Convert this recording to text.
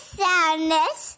sadness